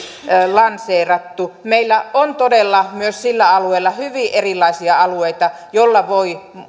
lanseerattu meillä on todella myös sillä alueella hyvin erilaisia alueita joilla voi